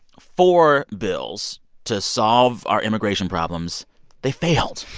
four bills to solve our immigration problems they failed.